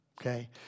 Okay